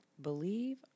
believe